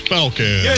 Falcon